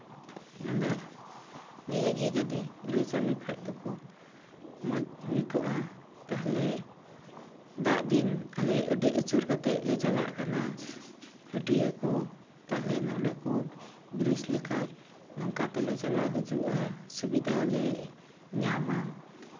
ᱟᱫᱚ ᱱᱤᱭᱟᱹᱜᱮ ᱡᱩᱫᱤ ᱵᱨᱤᱡᱽ ᱟᱞᱮ ᱠᱷᱟᱱ ᱫᱚᱠᱚ ᱢᱚᱡᱽ ᱦᱩᱭ ᱠᱚᱜᱼᱟ ᱛᱟᱦᱚᱞᱮ ᱫᱟᱜ ᱫᱤᱱ ᱟᱞᱮ ᱟᱹᱰᱤ ᱟᱹᱪᱩᱨ ᱠᱟᱛᱮᱫ ᱞᱮ ᱪᱟᱞᱟᱜ ᱠᱟᱱᱟ ᱦᱟᱹᱴᱭᱟᱹ ᱠᱚ ᱛᱟᱦᱚᱞᱮ ᱱᱚᱰᱮ ᱠᱚ ᱵᱨᱤᱡᱽ ᱞᱮᱠᱷᱟᱱ ᱱᱚᱝᱠᱟ ᱛᱮᱞᱮ ᱪᱟᱞᱟᱣ ᱦᱤᱡᱩᱜᱼᱟ ᱥᱩᱵᱤᱫᱷᱟ ᱞᱮ ᱧᱟᱢᱼᱟ